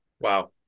Wow